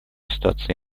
ситуация